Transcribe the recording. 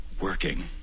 working